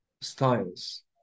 styles